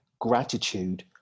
gratitude